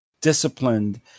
disciplined